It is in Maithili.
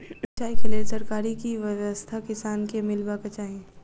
सिंचाई केँ लेल सरकारी की व्यवस्था किसान केँ मीलबाक चाहि?